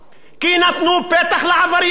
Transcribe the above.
כי נתנו פתח לעבריין.